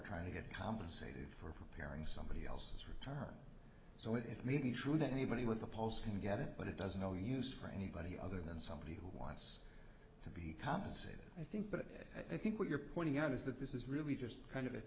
trying to get compensated for preparing somebody it's returned so it may be true that anybody with a pulse can get it but it doesn't all use for anybody other than somebody who wants to be compensated i think but i think what you're pointing out is that this is really just kind of at